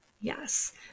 Yes